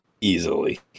Easily